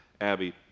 abby